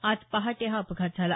आज पहाटे हा अपघात झाला